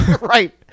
Right